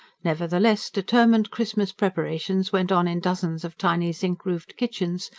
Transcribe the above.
nevertheless, determined christmas preparations went on in dozens of tiny, zinc-roofed kitchens,